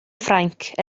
ffrainc